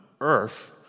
earth